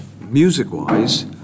music-wise